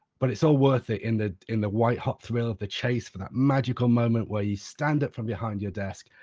but it's all worth it in the in the white-hot thrill of the chase for that magical moment where you stand up from behind your desk,